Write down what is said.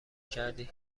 کردی